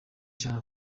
cyane